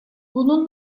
bunun